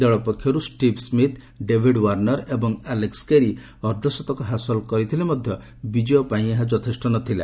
ଦଳ ପକ୍ଷରୁ Steve Smith David Warner ଏବଂ ଆଲେକ୍ସ କେରି ଅର୍ଦ୍ଧଶତକ ହାସଲ କରିଥିଲେ ହେଁ ବିଜୟ ପାଇଁ ଏହା ଯଥେଷ୍ଟ ନ ଥିଲା